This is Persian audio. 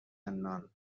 عنان